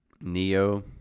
Neo